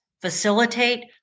facilitate